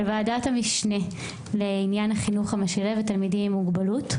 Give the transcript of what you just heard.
של ועדת המשנה לעניין החינוך המשלב לתלמידים עם מוגבלות.